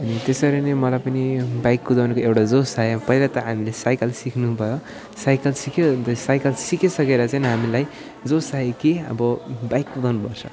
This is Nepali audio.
अनि त्यसरी नै मलाई पनि बाइक कुदाउनुको एउटा जोस् आयो पहिला त हामीले साइकल सिक्नुभयो साइकल सिक्यौँ अन्त साइकल सिकिसकेर चाहिँ हामीलाई जोस् आयो कि अब बाइक कुदाउनुपर्छ